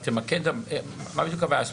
רק תמקד, מה בדיוק הבעיה?